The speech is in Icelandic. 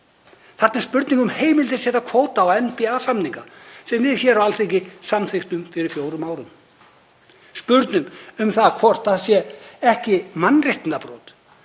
Þarna er spurning um heimild til að setja kvóta á NPA-samninga sem við á Alþingi samþykktum fyrir fjórum árum, spurningin um hvort það sé ekki mannréttindabrot